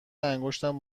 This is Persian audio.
انگشتم